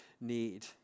need